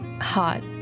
Hot